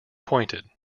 pointed